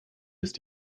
ist